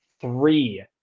Three